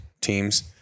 teams